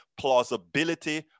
plausibility